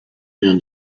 rien